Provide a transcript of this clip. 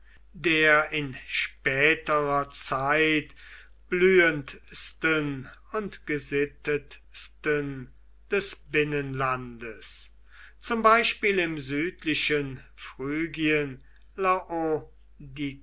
der in späterer zeit blühendsten und gesittetsten des binnenlandes zum beispiel im südlichen phrygien